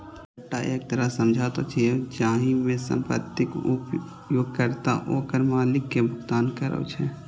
पट्टा एक तरह समझौता छियै, जाहि मे संपत्तिक उपयोगकर्ता ओकर मालिक कें भुगतान करै छै